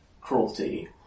cruelty